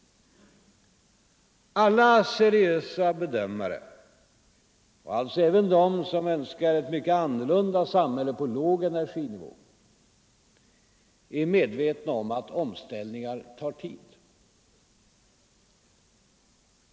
Alla seriösa bedömare — alltså även de som önskar ett mycket annorlunda samhälle på låg energinivå — är medvetna om att omställningar tar tid.